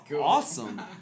awesome